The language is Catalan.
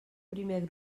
primer